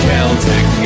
Celtic